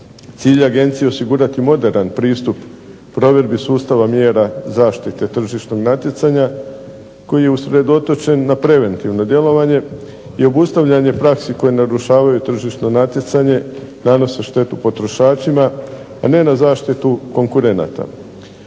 Cilj Agencije je osigurati moderan pristup provedbi sustava mjera zaštite tržišnog natjecanja koji je usredotočen na preventivno djelovanje i obustavljen je praksi koje narušavaju tržišno natjecanje, nanose štetu potrošačima, a ne na zaštitu konkurenata.